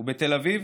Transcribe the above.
בתל אביב,